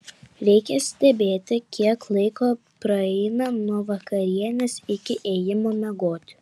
reikia stebėti kiek laiko praeina nuo vakarienės iki ėjimo miegoti